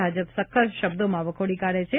ભાજપ સપ્ન શબ્દોમાં વખોડી કાઢે છે